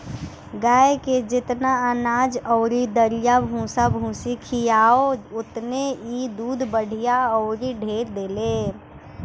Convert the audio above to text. गाए के जेतना अनाज अउरी दरिया भूसा भूसी खियाव ओतने इ दूध बढ़िया अउरी ढेर देले